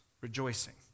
rejoicing